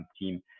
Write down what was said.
team